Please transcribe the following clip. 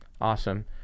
awesome